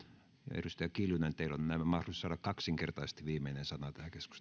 edustaja kiljunen teillä on nyt näemmä mahdollisuus saada kaksinkertaisesti viimeinen sana